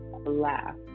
laugh